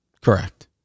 Correct